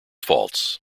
false